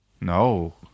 No